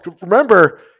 remember